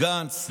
גנץ.